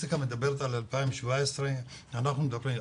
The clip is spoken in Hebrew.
הסטטיסטיקה מדברת על 2017 ואנחנו ב-2021.